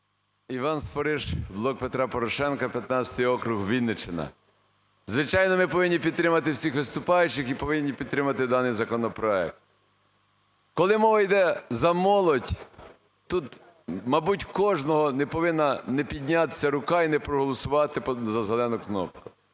Іван Спориш, "Блок Петра Порошенка", 15 округ, Вінниччина. Звичайно, ми повинні підтримати всіх виступаючих і повинні підтримати даний законопроект. Коли мова йде за молодь, тут мабуть, кожного не повинна не піднятися рука і не проголосувати за зелену кнопку.